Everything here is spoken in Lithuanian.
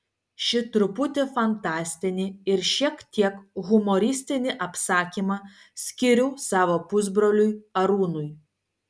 šį truputį fantastinį ir šiek tiek humoristinį apsakymą skiriu savo pusbroliui arūnui